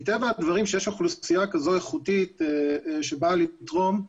מטבע הדברים כשיש אוכלוסייה כזו איכותית שבאה לתרום,